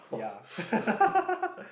yeah